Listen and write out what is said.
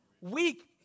weak